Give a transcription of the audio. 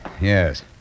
Yes